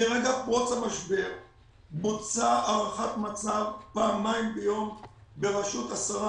מרגע פרוץ המשבר בוצעה הערכת מצב פעמיים ביום בראשות השרה